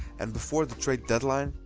and before the trade deadline,